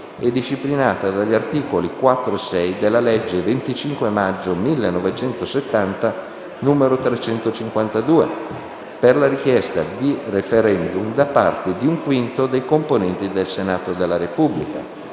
e disciplinata dagli articoli 4 e 6 della legge 25 maggio 1970, n. 352 - per la richiesta di *referendum*, da parte di un quinto dei componenti del Senato della Repubblica,